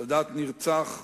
סאדאת נרצח,